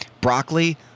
broccoli